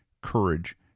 courage